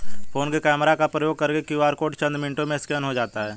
phone के camera का प्रयोग करके क्यू.आर कोड चंद मिनटों में स्कैन हो जाता है